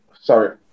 sorry